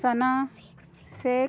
Sana Sheikh